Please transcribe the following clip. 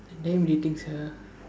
damn rating sia